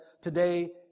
Today